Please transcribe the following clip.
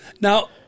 Now